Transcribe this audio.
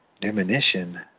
diminution